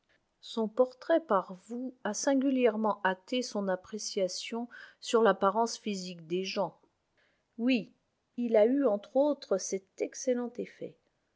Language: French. son portrait par vous a singulièrement hâté son appréciation sur l'apparence physique des gens oui il a eu entre autres cet excellent effet